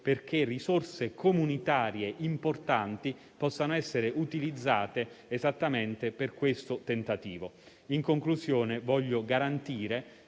perché risorse comunitarie importanti possano essere utilizzate esattamente per questo tentativo. In conclusione, voglio garantire,